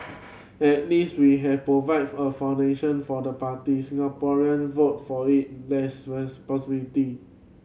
at least we have provided a foundation for the parties Singaporean voted for it there's possibility